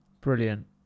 Brilliant